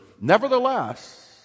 Nevertheless